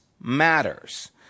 matters